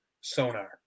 sonar